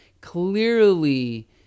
clearly